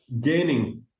gaining